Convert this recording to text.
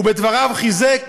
ובדבריו חיזק